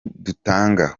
dutanga